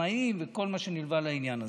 עצמאים וכל מה שנלווה לעניין הזה.